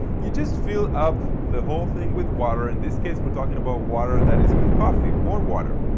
you just fill up the whole thing with water, in this case we're talking about water that is with coffee, warm water.